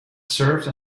served